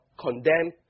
condemn